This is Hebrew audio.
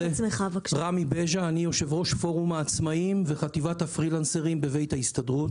אני יושב-ראש פורום העצמאיים וחטיבת הפרילנסרים בבית ההסתדרות.